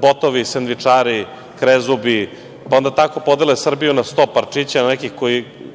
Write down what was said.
botovi, sendvičari, krezubi, pa onda tako podele Srbiju na sto parčića. Zapravo